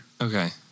Okay